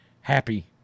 happy